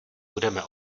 budeme